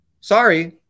Sorry